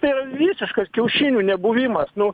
tai yra visiškas kiaušinių nebuvimas nu